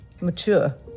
Mature